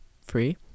free